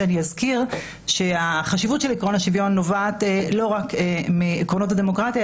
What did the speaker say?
שאני אזכיר שהחשיבות של עיקרון השוויון נובעת לא רק מעקרונות הדמוקרטיה,